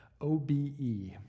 OBE